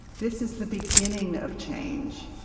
this is the beginning of change.